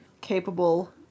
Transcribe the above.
capable